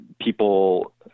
people